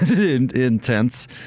Intense